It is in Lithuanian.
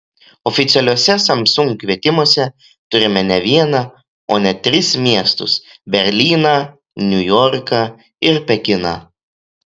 oficialiuose samsung kvietimuose turime ne vieną o net tris miestus berlyną niujorką ir pekiną